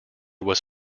was